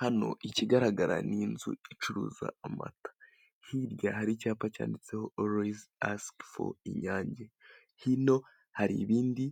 Hano ikigaragara ni inzu icuruza amata hirya hari icyapa cyanditseho oruwayizi asike foru inyange hino har' ibindi